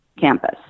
campus